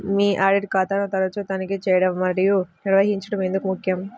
మీ audit ఖాతాను తరచుగా తనిఖీ చేయడం మరియు నిర్వహించడం ఎందుకు ముఖ్యం?